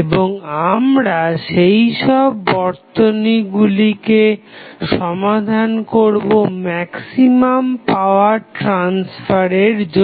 এবং আমরা সেইসব বর্তনীগুলিকে সমাধান করবো ম্যাক্সিমাম পাওয়ার ট্রাসফারের জন্য